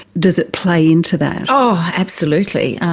does it play into that? ah absolutely,